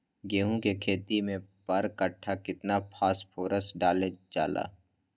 गेंहू के खेती में पर कट्ठा केतना फास्फोरस डाले जाला?